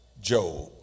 Job